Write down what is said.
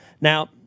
Now